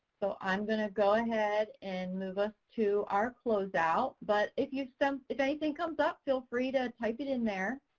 so i'm going to go ahead and move us to our closeout, but if you so if anything comes up, feel free to type it in there.